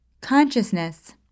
Consciousness